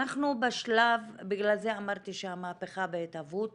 בגלל זה אמרתי שהמהפכה בהתהוות